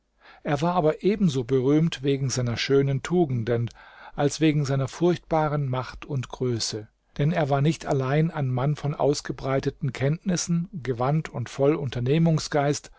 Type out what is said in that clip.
er war aber ebenso berühmt wegen seiner schönen tugenden als wegen seiner furchtbaren macht und größe denn er war nicht allein ein mann von ausgebreiteten kenntnissen gewandt und voll